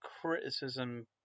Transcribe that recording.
criticism